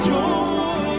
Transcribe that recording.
Joy